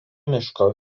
miško